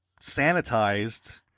sanitized